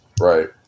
Right